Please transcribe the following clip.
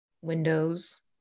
windows